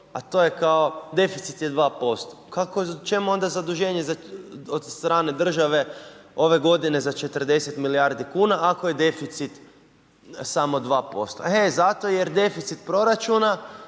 a to je kao deficit je 2%. čemu onda zaduženje od strane države ove godine za 40 milijardi kuna ako je deficit samo 2%. e zato jer deficit proračuna,